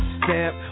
step